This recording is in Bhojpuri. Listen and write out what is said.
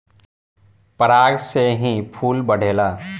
पराग से ही फूल बढ़ेला